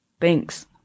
Thanks